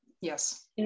Yes